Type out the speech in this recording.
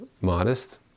modest